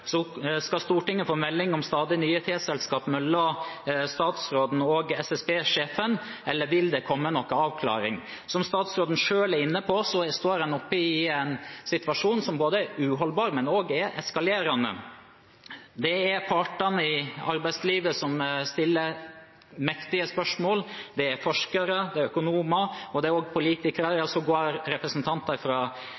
komme en avklaring? Som statsråden selv er inne på, står en oppe i en situasjon som er uholdbar, men som også er eskalerende. Det er partene i arbeidslivet som stiller mektige spørsmål, det er forskere, det er økonomer, og det er også politikere, ja